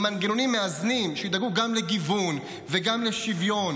עם מנגנונים מאזנים שידאגו גם לגיוון וגם לשוויון